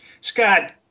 Scott